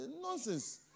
nonsense